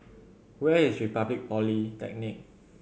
where is Republic Polytechnic